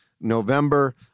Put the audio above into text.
November